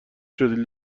شدی